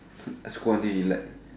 I scold until he left